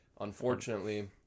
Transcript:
unfortunately